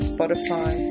Spotify